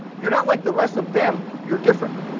you're not like the rest of them. you're different.